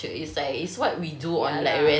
ya lah